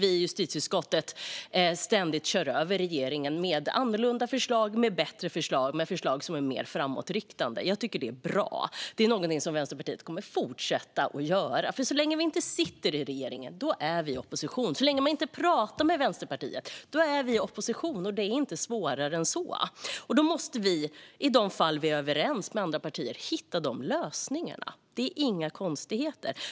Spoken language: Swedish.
Vi i justitieutskottet kör ständigt över regeringen med annorlunda förslag, förslag som är bättre och mer framåtriktade. Jag tycker att det är bra. Det är något som Vänsterpartiet kommer att fortsätta att göra. Så länge vi inte sitter i regeringen är vi i opposition. Så länge man inte pratar med oss i Vänsterpartiet är vi i opposition. Det är inte svårare än så. I de fall vi är överens med andra partier måste vi alltså hitta lösningar. Det är inga konstigheter.